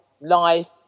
life